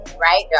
right